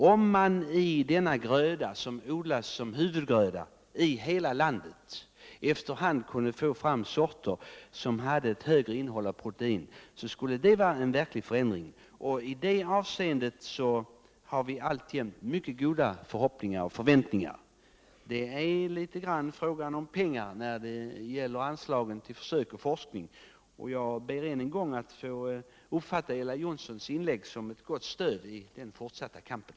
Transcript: Om vi när det gäller denna gröda, som odlas som huvudgröda i hela landet, efter hand kunde få fram sorter som innehöll mer protein så skulle det innebära en verklig förändring. Och i det avseendet har vi alltjämt mycket goda törhoppningar och förväntningar. Här är det litet grand en fråga om pengar till anslag för försök och forskning, och jag ber än en gång att få uppfatta Ella Johnssons inlägg som ett gott stöd i den fortsatta kampen.